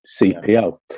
CPO